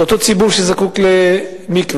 אותו ציבור שזקוק למקווה.